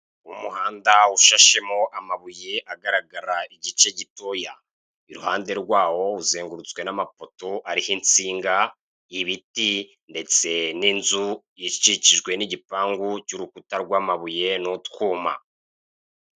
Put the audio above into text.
Umuhanda ushashemo amabuye agaragara igice gitoya, iruhande rwawo, uzengurutswe n'amapoto ariho insiga, ibiti, ndetse n'inzu ikikijwe n'igipanyu cy'urukuta rw'amabuye n'utwuma.